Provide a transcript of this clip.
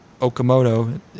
Okamoto